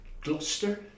Gloucester